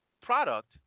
product